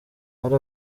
hari